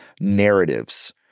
narratives